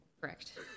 Correct